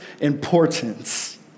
importance